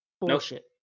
Bullshit